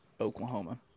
Oklahoma